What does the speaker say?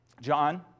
John